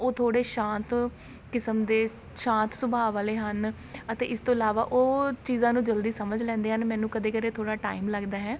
ਉਹ ਥੋੜ੍ਹੇ ਸ਼ਾਂਤ ਕਿਸਮ ਦੇ ਸ਼ਾਂਤ ਸੁਭਾਅ ਵਾਲੇ ਹਨ ਅਤੇ ਇਸ ਤੋਂ ਇਲਾਵਾ ਉਹ ਚੀਜ਼ਾਂ ਨੂੰ ਜਲਦੀ ਸਮਝ ਲੈਂਦੇ ਹਨ ਮੈਨੂੰ ਕਦੇ ਕਦੇ ਥੋੜ੍ਹਾ ਟਾਇਮ ਲੱਗਦਾ ਹੈ